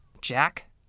Jack